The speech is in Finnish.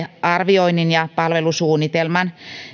tarvearvioinnin ja palvelusuunnitelman